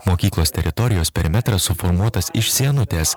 mokyklos teritorijos perimetras suformuotas iš sienutės